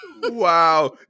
Wow